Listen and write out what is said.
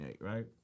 right